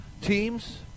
teams